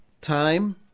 time